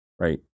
right